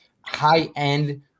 high-end